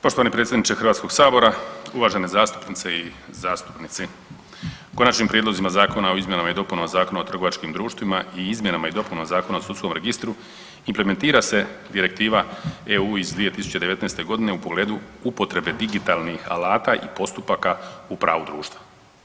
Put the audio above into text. Poštovani predsjedniče Hrvatskog sabora, uvažene zastupnice i zastupnici, Konačnim prijedlozima Zakona o izmjenama i dopunama Zakona o trgovačkim društvima i izmjenama i dopunama Zakona o sudskom registru implementira se Direktiva EU iz 2019 u pogledu upotrebe digitalnih alata i postupaka u pravu društva.